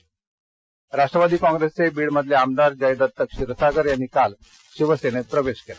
क्षीरसागर राष्ट्रवादी काँग्रेसचे बीडमधले आमदार जयदत्त क्षीरसागर यांनी काल शिवसेनेत प्रवेश केला